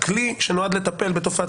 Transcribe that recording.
- לתת ציון לשבח על כך שהכלי שנועד לטפל בתופעת